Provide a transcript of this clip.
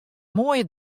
moaie